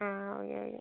ആ okay okay